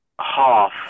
half